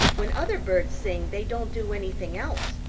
when other birds sing they don't do anything else,